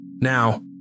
Now